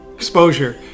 exposure